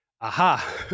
aha